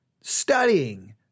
studying